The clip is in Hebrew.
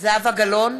בעד זהבה גלאון,